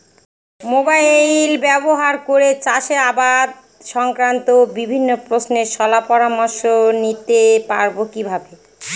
Mobile ব্যাবহার করে চাষের আবাদ সংক্রান্ত বিভিন্ন প্রশ্নের শলা পরামর্শ নিতে পারবো কিভাবে?